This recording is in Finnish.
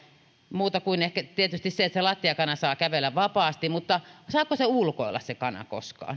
muuta kuin tietysti se että se lattiakana saa kävellä vapaasti mutta saako se kana ulkoilla koskaan